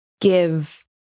give